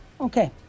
Okay